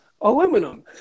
aluminum